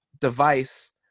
device